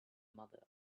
mother